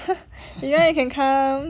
you want you can come